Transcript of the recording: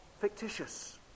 fictitious